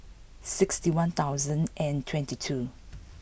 sixty one thousand and twenty two